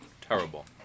Terrible